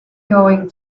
going